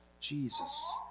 Jesus